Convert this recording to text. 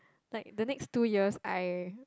like the next two years I